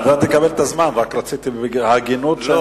תקבל את זמנך, רציתי לומר לשם ההגינות.